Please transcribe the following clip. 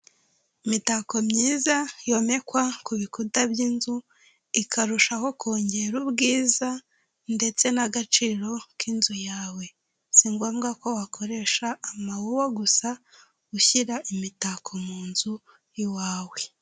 Imutako myiza yomekwa ku bikuta by'inzu, ikarushaho kongera ubwiza ndetse n'agaciro k'inzu yawe. Si ngombwa ko wakoresha amawuwa gusa ushyira imitako mu nzu iwawe.